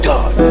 God